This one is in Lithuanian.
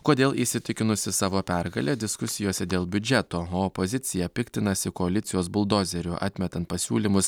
kodėl įsitikinusi savo pergale diskusijose dėl biudžeto o opozicija piktinasi koalicijos buldozeriu atmetant pasiūlymus